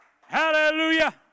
Hallelujah